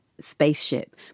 spaceship